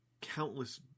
countless